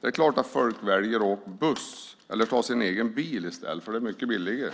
Det är klart att folk väljer att åka buss eller ta sin egen bil i stället. Det är mycket billigare.